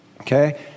Okay